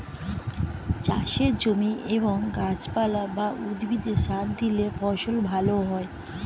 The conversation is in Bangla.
চাষের জমি এবং গাছপালা বা উদ্ভিদে সার দিলে ফসল ভালো হয়